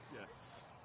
Yes